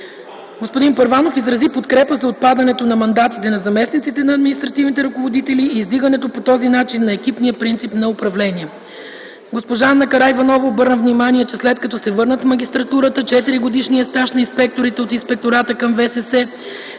Господин Първанов изрази подкрепа за отпадането на мандатите на заместниците на административните ръководители и издигането по този начин на екипния принцип на управление. Госпожа Ана Караиванова обърна внимание, че, след като се върнат в магистратурата, четиригодишният стаж на инспекторите от Инспектората към ВСС